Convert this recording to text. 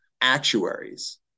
actuaries